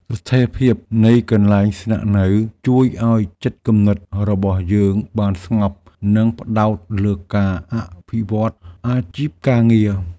ស្ថិរភាពនៃកន្លែងស្នាក់នៅជួយឱ្យចិត្តគំនិតរបស់យើងបានស្ងប់និងផ្ដោតលើការអភិវឌ្ឍអាជីពការងារ។